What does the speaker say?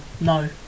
No